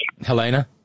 Helena